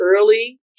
early